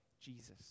Jesus